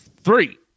three